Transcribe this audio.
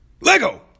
Lego